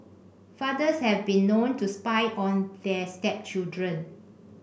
fathers have been known to spy on their stepchildren